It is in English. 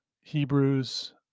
Hebrews